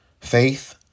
Faith